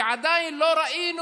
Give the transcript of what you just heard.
שעדיין לא ראינו